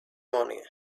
morning